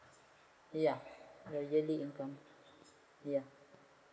ya the yearly income ya